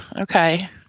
okay